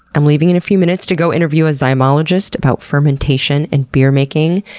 i'm leaving in a few minutes to go interview a zymologist about fermentation and beer making,